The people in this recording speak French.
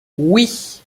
oui